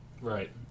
Right